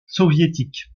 soviétique